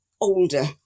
older